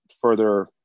further